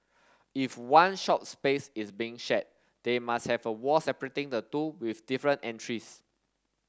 if one shop space is being shared they must have a wall separating the two with different entries